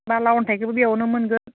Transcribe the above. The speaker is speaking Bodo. बाला अन्थाइखौबो बेयावनो मोनगोन